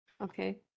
Okay